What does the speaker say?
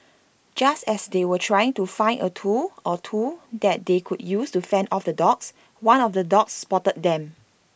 just as they were trying to find A tool or two that they could use to fend off the dogs one of the dogs spotted them